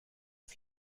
off